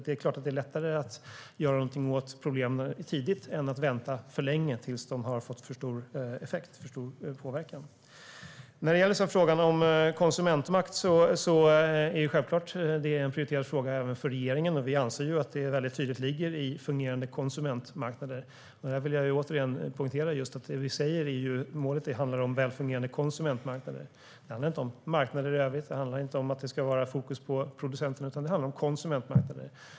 Det är klart att det är lättare att göra någonting åt problemen tidigt än att vänta för länge tills de har fått för stor påverkan. När det gäller frågan om konsumentmakt är det självklart en prioriterad fråga även för regeringen. Vi anser ju att det väldigt tydligt ingår i fungerande konsumentmarknader. Här vill jag återigen poängtera att målet handlar om välfungerande konsumentmarknader. Det handlar inte om marknader i övrigt, det handlar inte om fokus på producenten utan det handlar om konsumentmarknader.